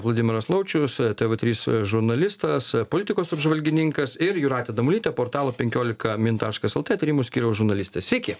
vladimiras laučius tv trys žurnalistas politikos apžvalgininkas ir jūratė damulytė portalo penkiolika min taškas lt tyrimų skyriaus žurnalistė sveiki